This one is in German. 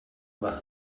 was